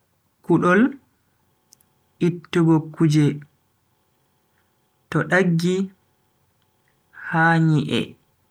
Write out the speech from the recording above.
Kudol ittugo kuje to daggi ha nyi'e